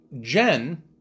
Jen